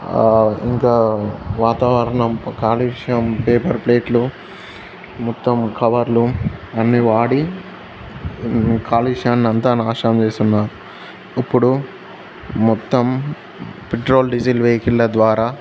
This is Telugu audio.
ఇంకా వాతావరణం కాలుష్యం పేపర్ ప్లేట్లు మొత్తం కవర్లు అన్ని వాడి కాలుష్యాన్ని అంతా నాశనం చేస్తున్నారు ఇప్పుడు మొత్తం పెట్రోల్ డీజిల్ వెహికల్ల ద్వారా